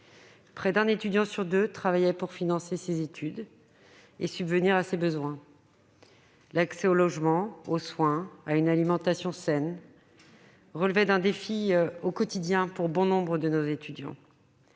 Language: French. Près d'un étudiant sur deux travaillait pour financer ses études et subvenir à ses besoins. L'accès au logement, aux soins et à une alimentation saine constituait un défi quotidien pour bon nombre de nos étudiants.